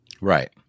Right